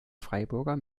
freiburger